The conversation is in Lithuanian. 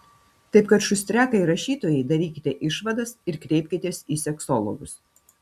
taip kad šustriakai rašytojai darykite išvadas ir kreipkitės į seksologus